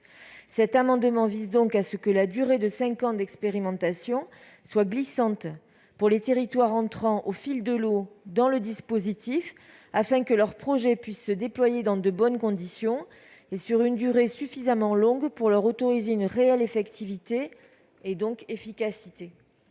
Cet amendement vise donc à prévoir que la durée de cinq ans d'expérimentation sera glissante pour les territoires entrant au fil de l'eau dans le dispositif TZCLD. Ainsi, leur projet pourra se déployer dans de bonnes conditions et sur une durée suffisamment longue pour leur permettre une réelle effectivité et les rendre donc efficaces.